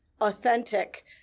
authentic